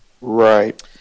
Right